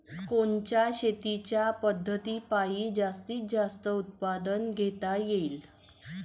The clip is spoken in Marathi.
कोनच्या शेतीच्या पद्धतीपायी जास्तीत जास्त उत्पादन घेता येईल?